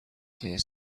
clear